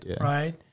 right